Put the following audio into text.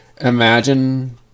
Imagine